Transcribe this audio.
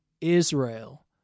Israel